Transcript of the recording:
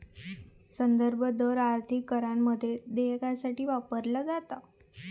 संदर्भ दर आर्थिक करारामध्ये देयकासाठी वापरलो जाता